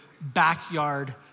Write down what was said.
backyard